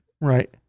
Right